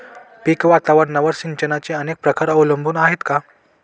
पीक वातावरणावर सिंचनाचे अनेक प्रकार अवलंबून आहेत का?